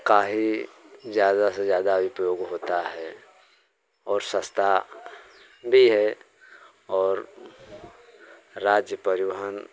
का ही ज़्यादा से ज़्यादा उपयोग होता है और सस्ता भी है और राज्य परिवहन